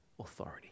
authority